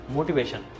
Motivation